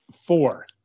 four